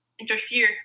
interfere